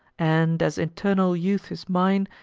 and, as eternal youth is mine,